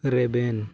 ᱨᱮᱵᱮᱱ